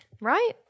right